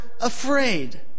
afraid